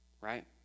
right